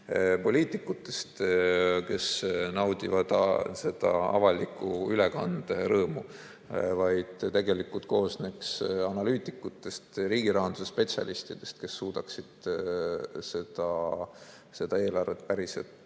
poliitikutest, kes naudivad avaliku ülekande rõõmu, vaid see koosneks analüütikutest, riigirahanduse spetsialistidest, kes suudaksid eelarvet päriselt